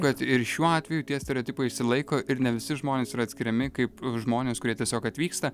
kad ir šiuo atveju tie stereotipai išsilaiko ir ne visi žmonės yra atskiriami kaip žmonės kurie tiesiog atvyksta